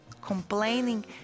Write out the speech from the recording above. complaining